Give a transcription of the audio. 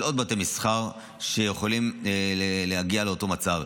של עוד בתי מסחר שיכולים להגיע לאותו מצב.